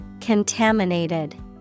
Contaminated